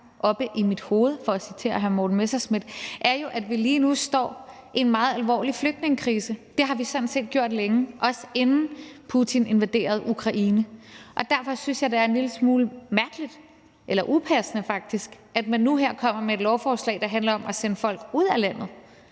oppe i mit hoved – for at citere hr. Morten Messerschmidt – står vi jo lige nu i en meget alvorlig flygtningekrise. Det har vi sådan set gjort længe, også inden Putin invaderede Ukraine, og derfor synes jeg, det er en lille smule mærkeligt eller faktisk upassende, at man nu her kommer med et lovforslag, der handler om at sende folk ud af landet.